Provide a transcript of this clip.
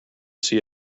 see